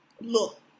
look